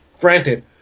granted